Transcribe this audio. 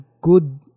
good